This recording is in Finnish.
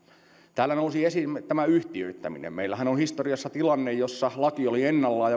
täällä nousi esiin tämä yhtiöittäminen meillähän on historiassa tilanne jossa laki oli ennallaan